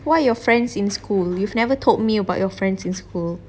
who are your friends in school you've never told me about your friends in school